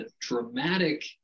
dramatic